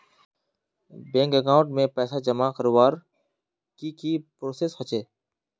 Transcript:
Bank account में पैसा जमा करवार की की प्रोसेस होचे?